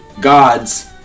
gods